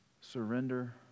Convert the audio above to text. surrender